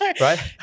right